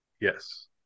Yes